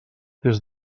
des